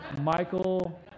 Michael